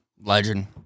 Legend